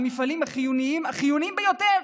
המפעלים החיוניים ביותר.